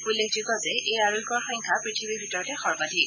উল্লেখযোগ্য যে এই আৰোগ্যৰ সংখ্যা পথিৱীৰ ভিতৰতে সৰ্বাধিক